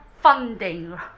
funding